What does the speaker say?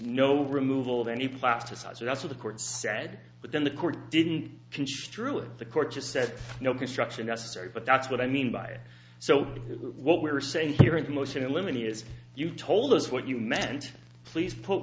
no removal of any plasticizer that's of the court sad but then the court didn't construe it the court just said no construction necessary but that's what i mean by so what we're saying here in the motion in limine is you told us what you meant please put